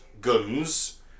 guns